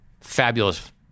Fabulous